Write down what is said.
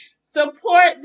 Support